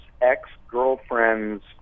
ex-girlfriend's